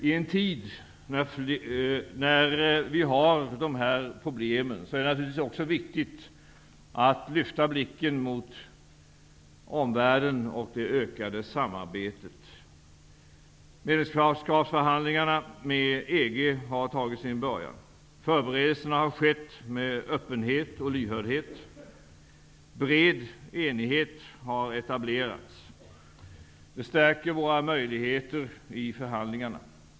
I en tid när vi har dessa problem, är det naturligtvis också viktigt att lyfta blicken mot omvärlden och det ökade samarbetet. Medlemskapsförhandlingarna med EG har börjat. Förberedelserna har skett med öppenhet och lyhördhet. Bred enighet har etablerats. Det stärker våra möjligheter i förhandlingarna.